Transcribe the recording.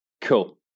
Cool